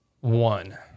one